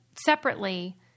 separately